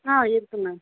ஆ இருக்குது மேம்